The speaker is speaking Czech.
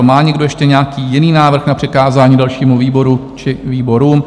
Má někdo ještě nějaký jiný návrh na přikázání dalšímu výboru či výborům?